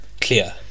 clear